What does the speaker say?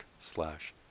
slash